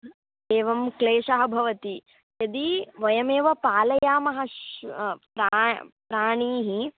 एवं क्लेशः भवति यदि वयमेव पालयामः प्रा प्राणीः